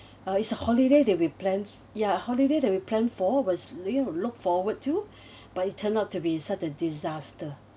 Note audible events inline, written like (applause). uh it's a holiday that we planned ya holiday that we planned for was you know look forward to (breath) but it turned out to be such a disaster